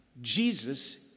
Jesus